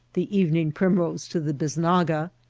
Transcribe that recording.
the evening primrose to the bisnaga,